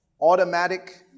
automatic